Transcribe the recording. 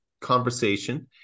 conversation